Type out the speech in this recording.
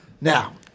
Now